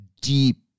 deep